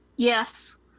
yes